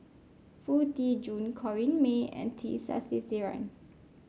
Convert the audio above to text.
Foo Tee Jun Corrinne May and T Sasitharan